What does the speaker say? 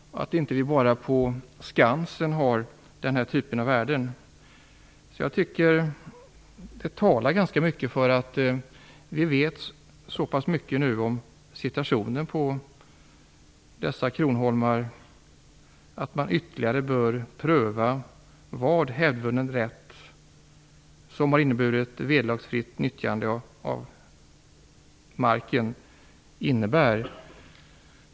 Det skulle innebära att det inte bara är på Skansen vi har dessa värden. Jag tycker att vi vet så mycket om situationen på dessa kronoholmar att man ytterligare bör pröva vad hävdvunnen rätt, som har inneburit vederlagsfritt nyttjande av marken, innebär.